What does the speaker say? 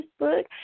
Facebook